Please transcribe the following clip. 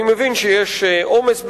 אני מבין שיש עומס בבתי-המשפט,